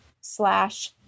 slash